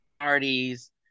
parties